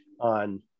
on